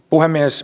puhemies